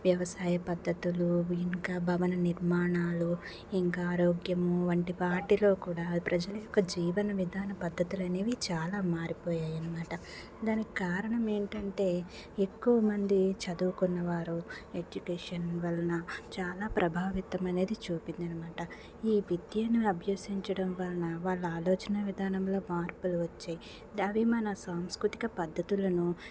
వ్యవసాయ పద్ధతులు ఇంకా భవన నిర్మాణాలు ఇంకా ఆరోగ్యము వంటి వాటిలో కూడా ప్రజలు యొక్క జీవన విధానం పద్ధతులనేవి చాలా మారిపోయాయి అనమాట దానికి కారణం ఏంటంటే ఎక్కువమంది చదువుకున్న వారు ఎడ్యుకేషన్ వలన చాలా ప్రభావితం అనేది చూపిందనమాట ఈ విద్యను అభ్యసించడం వలన వాళ్ళ ఆలోచన విధానంలో మార్పులు వచ్చే అవి మన సాంస్కృతిక పద్ధతులను